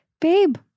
babe